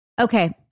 Okay